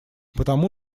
потому